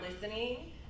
listening